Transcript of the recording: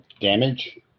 damage